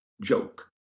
joke